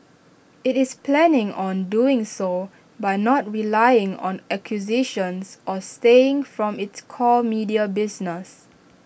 IT is planning on doing so by not relying on acquisitions or straying from its core media business